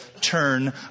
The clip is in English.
turn